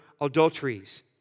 adulteries